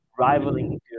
Rivaling